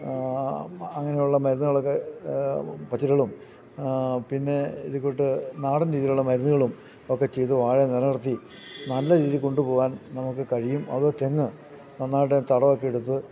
അങ്ങനെയുള്ള മരുന്നുകളൊക്കെ പച്ചിലകളും പിന്നെ ഇതെ കൂട്ട് നാടൻ രീതിയിലുള്ള മരുന്നുകളും ഒക്കെ ചെയ്ത് വാഴ നിലനിർത്തി നല്ല രീതി കൊണ്ടു പോവാൻ നമുക്ക് കഴിയും അതോ തെങ്ങ് നന്നായിട്ട് തടവൊക്കെ എടുത്ത്